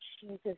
Jesus